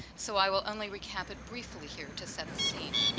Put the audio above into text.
so i will only recap it briefly here to set the scene.